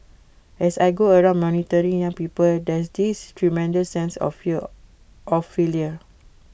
as I go around mentoring young people there's this tremendous sense of fear of failure